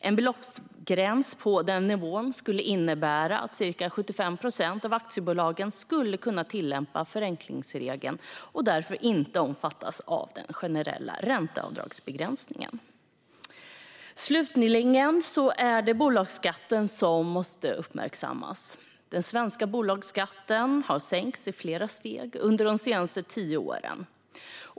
En beloppsgräns på den nivån skulle innebära att ca 75 procent av aktiebolagen skulle kunna tillämpa förenklingsregeln och därför inte omfattas av den generella ränteavdragsbegränsningen. Slutligen måste bolagsskatten uppmärksammas. Den svenska bolagsskatten har sänkts i flera steg under de senaste tio åren.